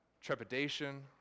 trepidation